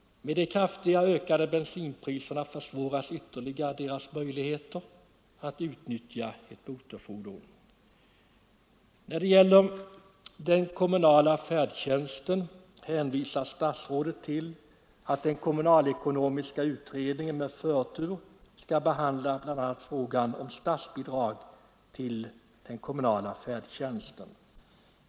Med de kraftigt ökade bensinpriserna försvåras ytterligare deras möjligheter att utnyttja ett motorfordon. När det gäller den kommunala färdtjänsten hänvisar statsrådet till att den kommunalekonomiska utredningen med förtur skall behandla bl.a. frågan om statsbidrag till den kommunala färdtjänsten.